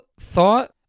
thought